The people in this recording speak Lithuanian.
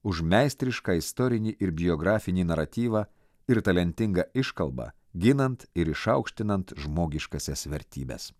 už meistrišką istorinį ir biografinį naratyvą ir talentingą iškalbą ginant ir išaukštinant žmogiškąsias vertybes